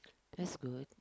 that's good